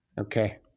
okay